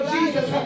Jesus